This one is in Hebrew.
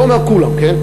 אני לא אומר כולם, כן?